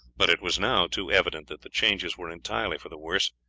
but it was now too evident that the changes were entirely for the worse,